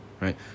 right